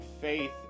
faith